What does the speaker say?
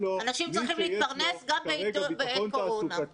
אנשים צריכים להתפרנס גם בעת קורונה.